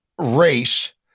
race